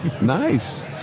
Nice